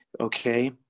Okay